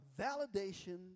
validation